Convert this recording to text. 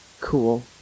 cool